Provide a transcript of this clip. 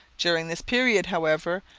during this period, however,